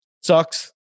Sucks